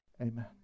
amen